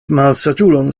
malsaĝulon